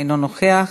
אינו נוכח.